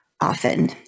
often